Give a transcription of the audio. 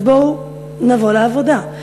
אז בואו נבוא לעבודה.